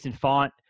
Font